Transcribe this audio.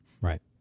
Right